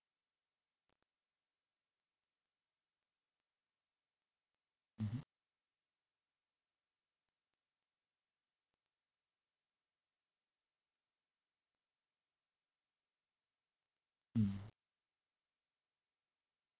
mmhmm mm